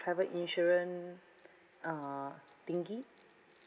travel insurance uh thingy